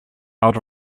out